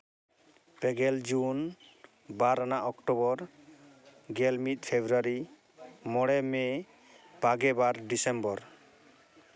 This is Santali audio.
ᱯᱮᱜᱮᱞ ᱡᱩᱱ ᱵᱟᱨ ᱟᱱᱟᱜ ᱚᱠᱴᱳᱵᱚᱨ ᱜᱮᱞᱢᱤᱫ ᱯᱷᱮᱵᱽᱨᱩᱣᱟᱨᱤ ᱢᱚᱬᱮ ᱢᱮ ᱵᱟᱜᱮ ᱵᱟᱨ ᱰᱤᱥᱮᱢᱵᱚᱨ